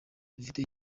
dufite